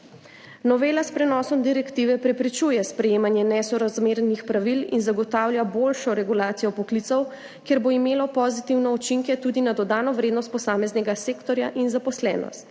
Novela s prenosom direktive preprečuje sprejemanje nesorazmernih pravil in zagotavlja boljšo regulacijo poklicev, kar bo imelo pozitivne učinke tudi na dodano vrednost posameznega sektorja in zaposlenost.